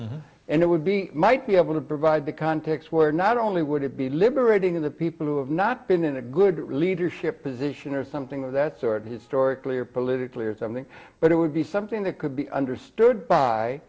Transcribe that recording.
whole and it would be might be able to provide the context where not only would it be liberating the people who have not been in a good leadership position or something of that sort historically or politically or something but it would be something that could be understood by